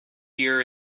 year